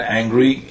angry